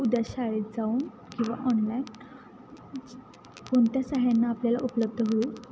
उद्या शाळेत जाऊन किंवा ऑनलाईन कोणत्या साह्यानं आपल्याला उपलब्ध होईल